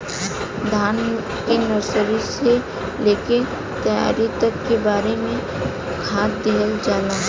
धान के नर्सरी से लेके तैयारी तक कौ बार खाद दहल जाला?